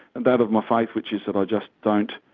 and that of my faith, which is that i just don't.